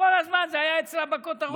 כל הזמן זה היה אצלה בכותרות,